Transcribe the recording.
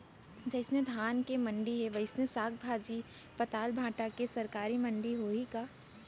जइसे धान के मंडी हे, वइसने साग, भाजी, पताल, भाटा के सरकारी मंडी होही का?